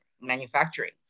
manufacturing